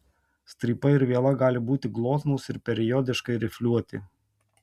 strypai ir viela gali būti glotnūs ir periodiškai rifliuoti